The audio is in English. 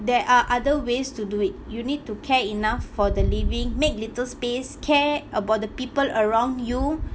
there are other ways to do it you need to care enough for the living make little space care about the people around you